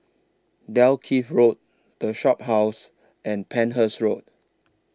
Dalkeith Road The Shophouse and Penhas Road